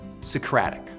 Socratic